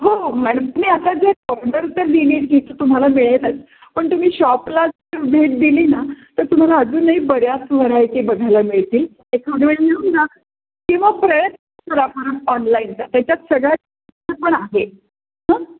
हो मॅडम तुम्ही आता जर ऑर्डर तर दिली की तर तुम्हाला मिळेलच पण तुम्ही शॉपला जर भेट दिली ना तर तुम्हाला अजूनही बऱ्याच व्हरायटी बघायला मिळतील एखाद्या वेळेस मिळून जा किंवा प्रयत्न करा परत ऑनलाईनचा त्याच्यात सगळ्यात पण आहे हं